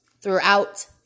throughout